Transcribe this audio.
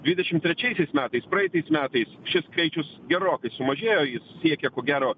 dvidešimt trečiaisiais metais praeitais metais šis skaičius gerokai sumažėjo jis siekia ko gero